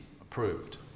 approved